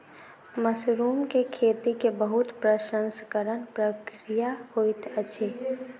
mushroom के खेती के बहुत प्रसंस्करण प्रक्रिया होइत अछि